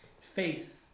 Faith